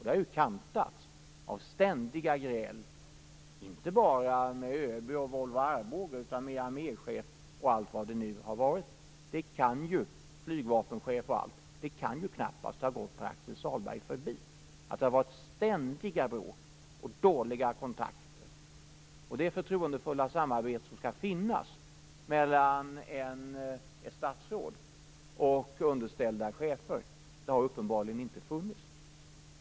Det har kantats av ständiga gräl inte bara med ÖB och Volvo Arboga utan också t.ex. med arméchef och flygvapenchef. Det kan ju knappast ha gått Pär-Axel Sahlberg förbi att det har varit ständiga bråk och dåliga kontakter. Det förtroendefulla samarbete som skall finnas mellan ett statsråd och underställda chefer har uppenbarligen inte funnits.